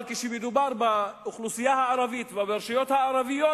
אבל כשמדובר באוכלוסייה הערבית וברשויות הערביות,